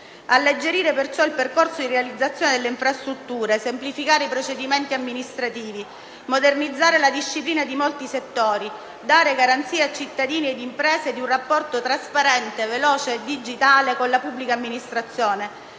Alleggerire perciò il percorso di realizzazione delle infrastrutture, semplificare i procedimenti amministrativi, modernizzare la disciplina di molti settori, dare garanzia a cittadini e imprese di un rapporto trasparente, veloce e digitale con la pubblica amministrazione